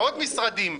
בעוד משרדים,